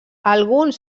alguns